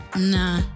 Nah